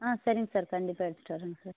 ஆ சரிங்க சார் கண்டிப்பாக எடுத்துகிட்டு வரேங்க சார்